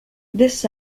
this